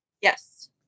Yes